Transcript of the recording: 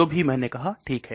जो भी मैंने कहा ठीक है